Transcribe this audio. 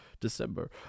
December